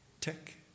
tick